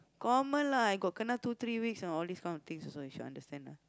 common lah I got kena two three weeks know all these kind of things also you should understand lah